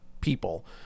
people